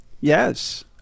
Yes